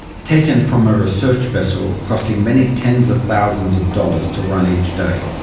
taken from a research vessel costing many tens of thousands of dollars to run each day?